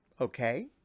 okay